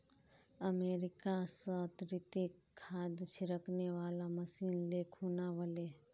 America स रितिक खाद छिड़कने वाला मशीन ले खूना व ले